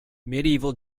medieval